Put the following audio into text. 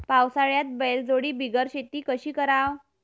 पावसाळ्यात बैलजोडी बिगर शेती कशी कराव?